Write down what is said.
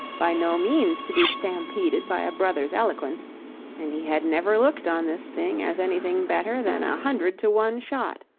by no means to be stampeded by a brother's eloquence and he had never looked on this thing as anything better than a hundred to one shot.